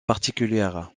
particulière